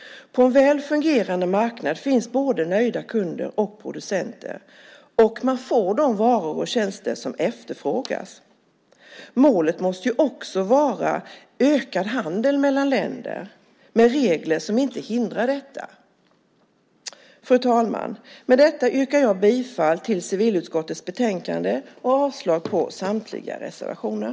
På en väl fungerande marknad finns både nöjda kunder och producenter, och man får de varor och tjänster som efterfrågas. Målet måste också vara ökad handel mellan länder, med regler som inte hindrar detta. Fru talman! Med detta yrkar jag bifall till förslaget i civilutskottets betänkande och avslag på samtliga reservationer.